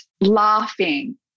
laughing